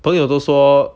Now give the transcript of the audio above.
朋友都说